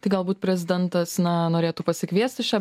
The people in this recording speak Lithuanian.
tai galbūt prezidentas na norėtų pasikviesti šią